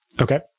Okay